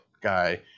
guy